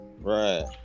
Right